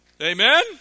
Amen